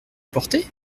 porter